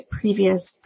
previous